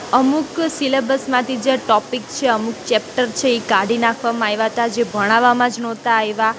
અમુક સિલેબસમાંથી જે ટોપિક છે અમુક ચેપ્ટર છે એ કાઢી નાખવામાં આવ્યાં હતાં જે ભણાવામાં જ નહોતાં આવ્યાં